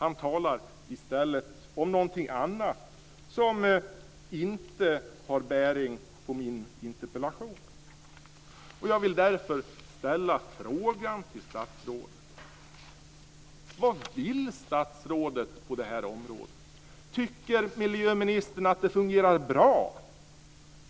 I stället talar han om någonting annat som inte har bäring på min interpellation. Jag vill därför fråga: Vad vill ministern på det här området? Tycker miljöministern att det fungerar bra?